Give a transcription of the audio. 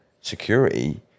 security